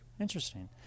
interesting